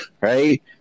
right